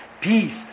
peace